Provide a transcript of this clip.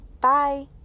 bye